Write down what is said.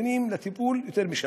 ממתינים לטיפול יותר משנה.